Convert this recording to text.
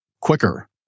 quicker